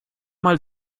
mal